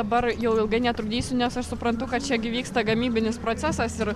dabar jau ilgai netrukdysiu nes aš suprantu kad čia gi vyksta gamybinis procesas ir